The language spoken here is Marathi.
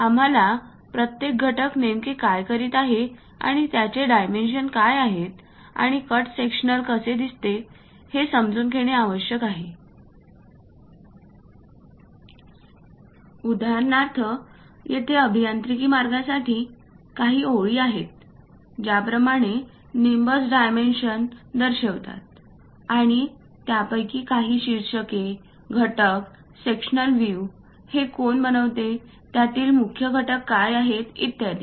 आम्हाला प्रत्येक घटक नेमके काय करीत आहे आणि त्याचे डायमेन्शन्स काय आहेत आणि कट सेक्शनल कसे दिसत हे समजून घेणे आवश्यक आहे येथे उदाहरणार्थ अभियांत्रिकी मार्गासाठी काही ओळी आहेत ज्याप्रमाणे निंबस डायमेन्शन्स दर्शवितात आणि त्यापैकी काही शीर्षके घटक सेक्शनल व्हिव्ह हे कोण बनविते त्यातील मुख्य घटक काय आहेत इत्यादी